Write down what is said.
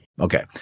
Okay